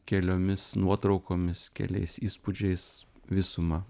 keliomis nuotraukomis keliais įspūdžiais visumą